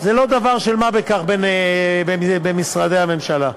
זה לא דבר של מה בכך במשרדי הממשלה.